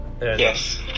yes